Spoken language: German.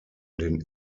den